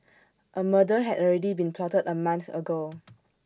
A murder had already been plotted A month ago